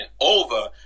over